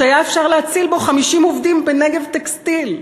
שהיה אפשר להציל בו 50 עובדים ב"נגב טקסטיל".